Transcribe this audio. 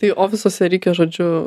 tai ofisuose reikia žodžiu